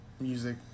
music